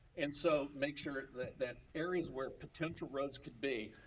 and so, make sure that that areas where potential roads could be,